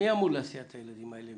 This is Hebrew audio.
מי אמור להסיע את הילדים האלה?